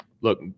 look